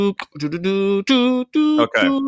Okay